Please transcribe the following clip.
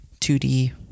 2D